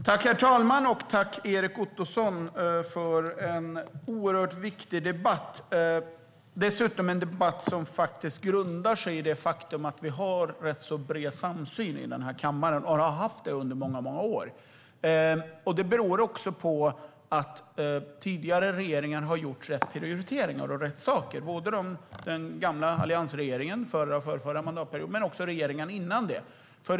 Herr talman! Jag tackar Erik Ottoson för en viktig debatt som grundar sig i det faktum att vi har och under många år har haft en bred samsyn i denna kammare. Det beror också på att tidigare regeringar har gjort rätt prioriteringar och rätt saker. Det gäller både alliansregeringarna under förra och förrförra mandatperioden och regeringen dessförinnan.